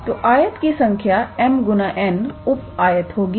तो आयत की संख्या m गुना n उप आयत होगी